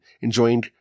enjoying